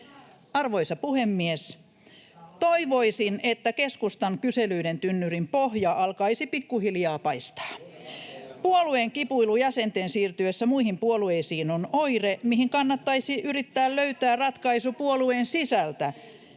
Arvoisa puhemies! Toivoisin, että keskustan kyselyiden tynnyrin pohja alkaisi pikkuhiljaa paistaa. [Oikealta: Turha toivo!] Puolueen kipuilu jäsenten siirtyessä muihin puolueisiin on oire, mihin kannattaisi yrittää löytää ratkaisu puolueen sisältä